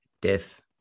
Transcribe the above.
death